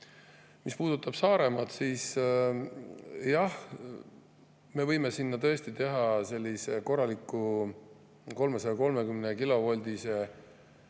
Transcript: puudutab Saaremaad, siis jah, me võime sinna tõesti teha sellise korraliku 330-kilovoldise